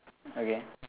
okay